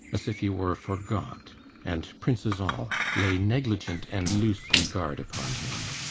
as if he were forgot and, princes all, lay negligent and loose regard upon him.